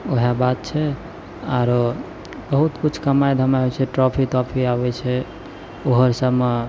वएह बात छै आओर बहुत किछु कमाइ धमाइ होइ छै ट्रॉफी त्रॉफी आबै छै ओहो सबमे